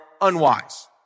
unwise